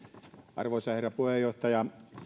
arvoisa herra puheenjohtaja